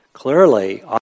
Clearly